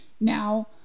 now